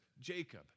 Jacob